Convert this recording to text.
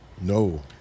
No